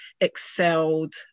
excelled